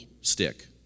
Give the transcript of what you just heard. stick